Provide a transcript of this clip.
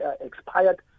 expired